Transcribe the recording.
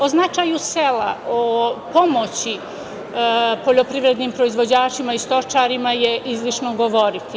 O značaju sela, o pomoći poljoprivrednim proizvođačima i stočarima je izlišno govoriti.